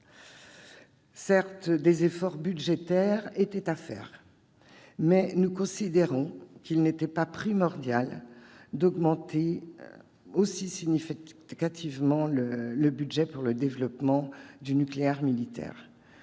Certes, des efforts budgétaires étaient à faire, mais nous considérons qu'il n'était pas primordial d'augmenter aussi significativement le budget consacré au développement du nucléaire militaire.